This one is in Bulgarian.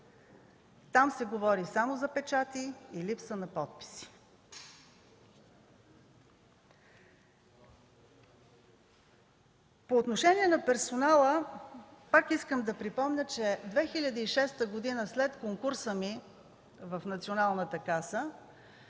Там се говори само за печати и липса на подписи. По отношение на персонала пак искам да припомня, че 2006 г., след конкурсът ми в Националната каса,